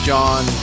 John